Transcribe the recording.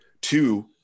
two